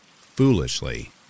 foolishly